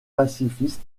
pacifiste